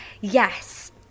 Yes